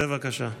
בבקשה.